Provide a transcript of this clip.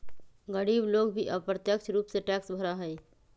गरीब लोग भी अप्रत्यक्ष रूप से टैक्स भरा हई